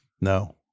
No